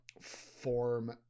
form